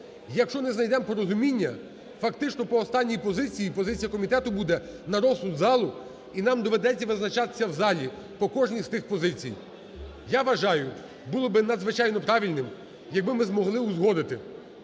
Якщо не знайдемо порозуміння, фактично по останній позиції, позиція комітету буде – на розсуд залу, і нам доведеться визначатися в залі по кожній з тих позицій. Я вважаю, було б надзвичайно правильним, якби ми змогли узгодити,